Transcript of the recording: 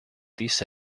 these